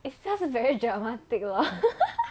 it's just very dramatic lor